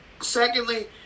Secondly